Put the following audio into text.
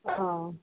ᱳ